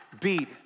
beat